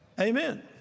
Amen